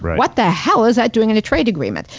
what the hell is that doing in a trade agreement?